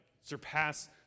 surpass